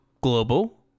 global